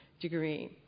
degree